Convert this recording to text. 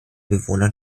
bewohner